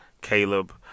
caleb